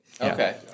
Okay